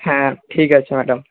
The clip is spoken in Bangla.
হ্যাঁ ঠিক আছে ম্যাডাম